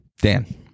Dan